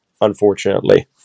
unfortunately